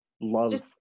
love